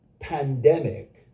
Pandemic